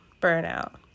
burnout